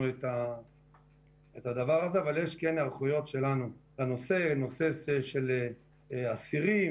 אבל יש היערכויות שלנו גם לנושא של אסירים,